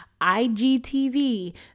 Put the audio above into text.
igtv